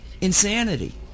insanity